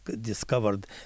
discovered